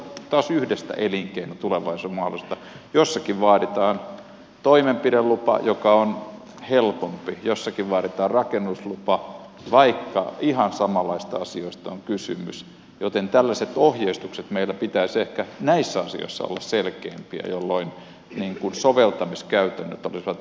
jos puhutaan taas yhdestä elinkeinon tulevaisuuden mahdollisuudesta niin jossakin vaaditaan toimenpidelupa joka on helpompi jossakin vaaditaan rakennuslupa vaikka ihan samanlaisista asioista on kysymys joten tällaiset ohjeistukset meillä pitäisi ehkä näissä asioissa olla selkeämpiä jolloin soveltamiskäytännöt olisivat yhtenäiset